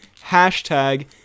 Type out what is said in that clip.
Hashtag